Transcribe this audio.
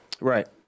right